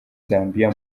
zambia